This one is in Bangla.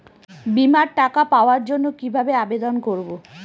বিমার টাকা পাওয়ার জন্য কিভাবে আবেদন করব?